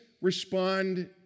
respond